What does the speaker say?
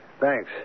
Thanks